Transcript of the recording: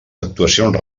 actuacions